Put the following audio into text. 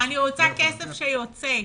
אני רוצה כסף שיוצא.